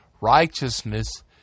righteousness